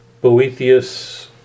Boethius